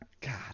God